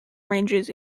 ranges